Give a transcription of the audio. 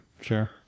Sure